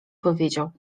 powiedział